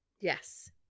Yes